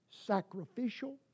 sacrificial